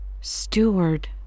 Steward